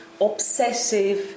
obsessive